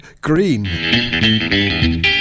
Green